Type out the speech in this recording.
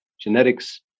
genetics